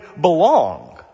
belong